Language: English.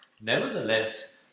Nevertheless